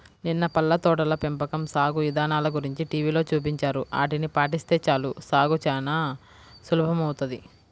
నిన్న పళ్ళ తోటల పెంపకం సాగు ఇదానల గురించి టీవీలో చూపించారు, ఆటిని పాటిస్తే చాలు సాగు చానా సులభమౌతది